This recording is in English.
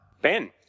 Ben